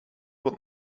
wat